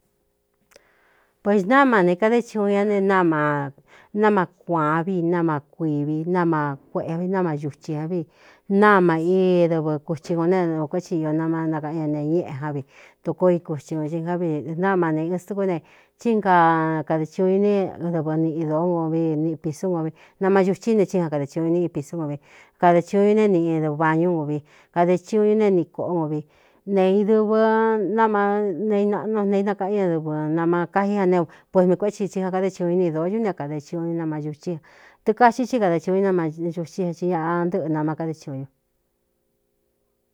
Poxnáma ne kadé ciuꞌun ñá ne náma náma kuāán vi nama kuivi náma kuéꞌevi náma ñuchi an vi náma íi dɨvɨ kuthi ko ne kué tsi io nama nakaꞌán ña ne ñéꞌe já vi tokoo i kuthi ñōn ɨjá vid náma neꞌɨn stɨkú ne tsínka kadē tiun ñu ne dɨvɨ niꞌi dóó nkon vi niꞌ pisú gon vi nama ñuchí ne tsínja kadē tsiꞌu ñu niꞌi pisú kon vi kadē tsiuꞌu ñu né niꞌi dɨvañú ngun vi kadē chu ñu neé niꞌi kōꞌo no vi ne idɨvɨ nama neinaꞌnu neinakaꞌán ñadɨvɨ nama kaí a ne puemi kué tsi tsi ja kadé tiuꞌun i ne i dōo ñú né kāde ciuun nú nama yuchí ñan tɨ kaxi thí kada tiꞌunú náma cuthí ñan i ñaꞌa ntɨ́ꞌɨ nama kade tsiun ñu.